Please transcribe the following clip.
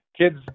Kids